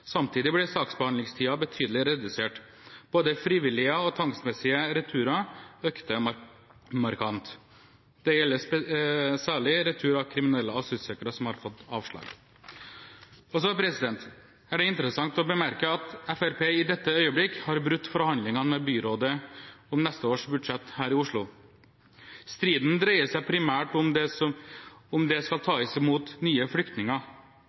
Samtidig ble saksbehandlingstiden betydelig redusert. Både frivillige og tvangsmessige returer økte markant. Det gjelder særlig retur av kriminelle asylsøkere som har fått avslag. Det er interessant å bemerke at Fremskrittspartiet i dette øyeblikk har brutt forhandlingene med byrådet om neste års budsjett her i Oslo. Striden dreier seg primært om det skal tas imot nye flyktninger.